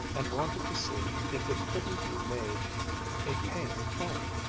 and wanted to see if it couldn't be made a paying thing.